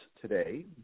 today